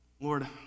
Lord